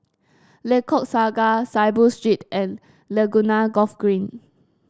Lengkok Saga Saiboo Street and Laguna Golf Green